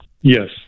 Yes